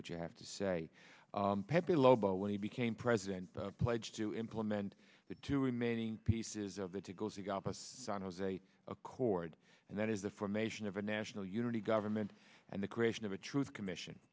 what you have to say pepe lobo when he became president the pledge to implement the two remaining pieces of the to go to gop us san jose accord and that is the formation of a national unity government and the creation of a truth commission